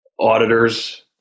auditors